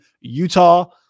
Utah